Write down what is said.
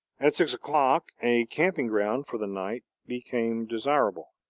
at six o'clock a camping-ground for the night became desirable.